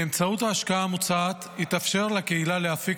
באמצעות ההשקעה המוצעת יתאפשר לקהילה להפיק